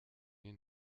mir